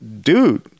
dude